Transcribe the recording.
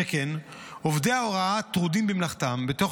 שכן עובדי ההוראה טרודים במלאכתם בתוך